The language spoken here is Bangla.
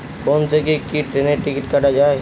ফোন থেকে কি ট্রেনের টিকিট কাটা য়ায়?